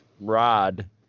rod